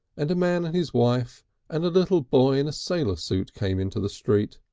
and a man and his wife and a little boy in a sailor suit came into the street.